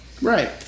Right